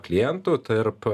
klientų tarp